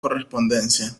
correspondencia